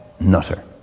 nutter